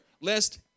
lest